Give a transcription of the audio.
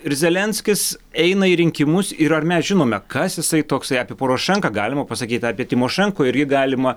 ir zelenskis eina į rinkimus ir ar mes žinome kas jisai toksai apie porošenką galima pasakyt apie tymošenko irgi galima